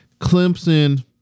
Clemson